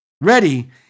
Ready